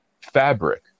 fabric